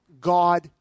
God